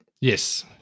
Yes